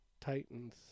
Titans